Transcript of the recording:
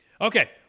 Okay